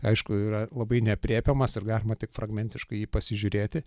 aišku yra labai neaprėpiamas ir galima tik fragmentiškai į jį pasižiūrėti